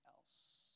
else